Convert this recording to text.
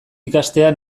ikastea